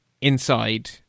inside